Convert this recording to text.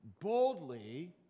boldly